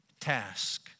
task